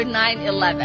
9-11